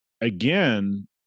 again